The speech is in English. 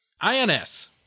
INS